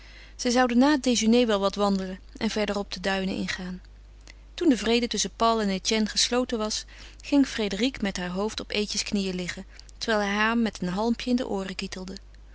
zij zouden na het déjeuner wel wat wandelen en verderop de duinen ingaan toen de vrede tusschen paul en etienne gesloten was ging frédérique met haar hoofd op eetjes knieën liggen terwijl hij haar met een halmpje in de ooren kietelde